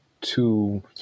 two